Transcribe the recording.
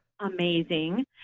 amazing